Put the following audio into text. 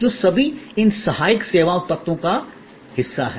जो सभी इन सहायक सेवा तत्वों का हिस्सा हैं